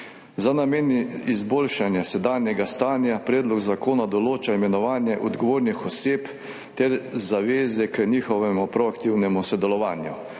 Za namen izboljšanja sedanjega stanja predlog zakona določa imenovanje odgovornih oseb ter zaveze k njihovemu proaktivnemu sodelovanju.